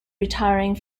retiring